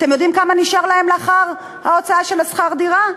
אתם יודעים כמה נשאר להם לאחר ההוצאה של שכר הדירה?